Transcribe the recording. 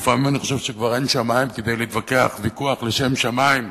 לפעמים אני חושב שכבר אין שמים כדי להתווכח ויכוח לשם שמים,